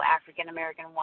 African-American